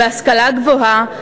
בהשכלה גבוהה,